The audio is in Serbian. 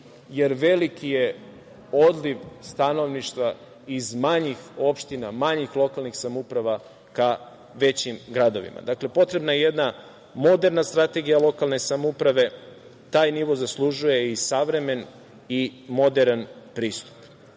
jer veliki je odliv stanovništva iz manjih opština, manjih lokalnih samouprava ka većim gradovima. Potrebna je jedna moderna strategija lokalne samouprave, taj nivo zaslužuje i savremen i moderan pristup. Takođe,